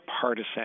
partisan